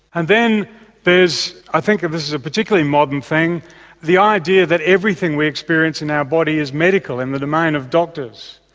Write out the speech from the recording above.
and then there's i think this is a particularly modern thing the idea that everything we experience in our body is medical and the domain of doctors.